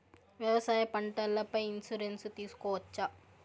వ్యవసాయ పంటల పై ఇన్సూరెన్సు తీసుకోవచ్చా?